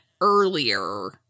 earlier